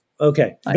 okay